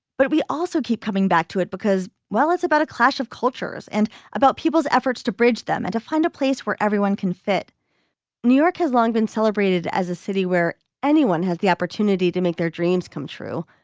but we also keep coming back to it because while it's about a clash of cultures and about people's efforts to bridge them and to find a place where everyone can fit new york has long been celebrated as a city where anyone has the opportunity to make their dreams come true.